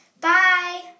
Bye